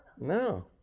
No